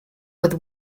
with